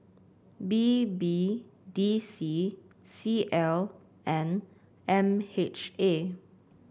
B B D C C L and M H A